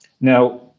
Now